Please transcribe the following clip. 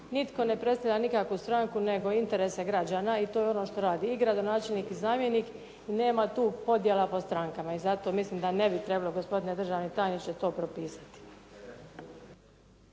Nitko ne predstavlja nikakvu stranku, nego interese građana i to je ono što radi i gradonačelnik i zamjenik. Nema tu podjela po strankama i zato mislim da ne bi trebalo gospodine državni tajniče to propisati.